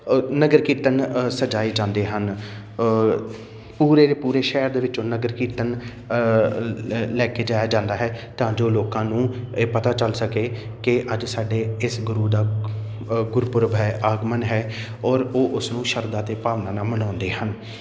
ਨਗਰ ਕੀਰਤਨ ਸਜਾਏ ਜਾਂਦੇ ਹਨ ਪੂਰੇ ਦੇ ਪੂਰੇ ਸ਼ਹਿਰ ਦੇ ਵਿੱਚੋਂ ਨਗਰ ਕੀਰਤਨ ਲੈ ਲੈ ਕੇ ਜਾਇਆ ਜਾਂਦਾ ਹੈ ਤਾਂ ਜੋ ਲੋਕਾਂ ਨੂੰ ਇਹ ਪਤਾ ਚੱਲ ਸਕੇ ਕਿ ਅੱਜ ਸਾਡੇ ਇਸ ਗੁਰੂ ਦਾ ਗੁਰਪੁਰਬ ਹੈ ਆਗਮਨ ਹੈ ਔਰ ਉਹ ਉਸਨੂੰ ਸ਼ਰਧਾ ਅਤੇ ਭਾਵਨਾ ਨਾਲ ਮਨਾਉਂਦੇ ਹਨ